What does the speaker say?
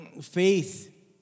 faith